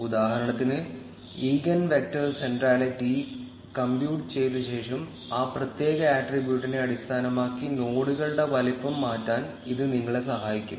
ഉദാഹരണത്തിന് eigen vector centrality compute ചെയ്ത ശേഷം ആ പ്രത്യേക ആട്രിബ്യൂട്ടിനെ അടിസ്ഥാനമാക്കി നോഡുകളുടെ വലുപ്പം മാറ്റാൻ ഇത് നിങ്ങളെ സഹായിക്കും